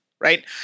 right